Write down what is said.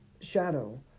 shadow